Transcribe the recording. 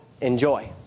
Enjoy